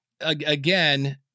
again